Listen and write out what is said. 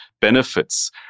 benefits